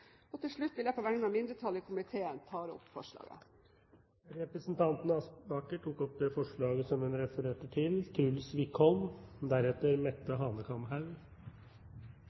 Til slutt vil jeg på vegne av mindretallet i komiteen ta opp forslaget. Representanten Elisabeth Aspaker har tatt opp det forslaget hun refererte til.